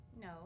No